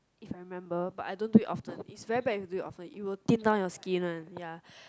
if remember but I don't do it often it's very bad if you do it often it will thin down you skin one ya